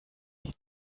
die